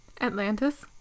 Atlantis